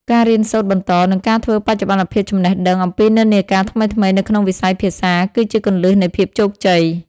ការរៀនសូត្របន្ត និងការធ្វើបច្ចុប្បន្នភាពចំណេះដឹងអំពីនិន្នាការថ្មីៗនៅក្នុងវិស័យភាសា គឺជាគន្លឹះនៃភាពជោគជ័យ។